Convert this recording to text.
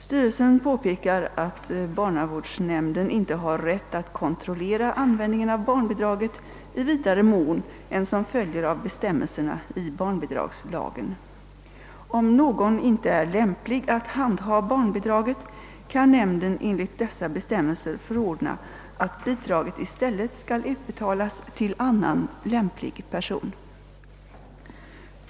Styrelsen påpekar att barnavårdsnämnden inte har rätt att kontrollera användningen av barnbidraget i vidare mån än som följer av bestämmelserna i barnbidragslagen. Om någon inte är lämplig att handha barnbidraget kan nämnden enligt dessa bestämmelser förordna att bidraget i stället skall utbetalas till annan lämplig person.